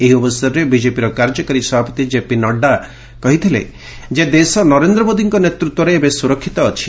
ଏହି ଅବସରରେ ବିଜେପିର କାର୍ଯ୍ୟକାରୀ ସଭାପତି ଜେପି ନଡ୍ଜା କହିଥିଲେ ଯେ ଦେଶ ନରେନ୍ଦ୍ର ମୋଦିଙ୍କ ନେତୃତ୍ୱରେ ଏବେ ସୁରକ୍ଷିତ ଅଛି